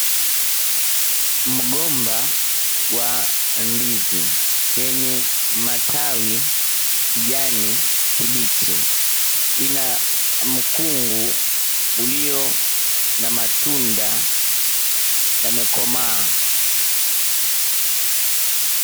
Mgomba wa ndizi yenye matawi kijani kibichi ina mkungu ulio na matunda yamekomaa.